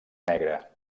negre